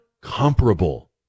comparable